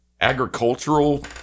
agricultural